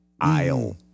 aisle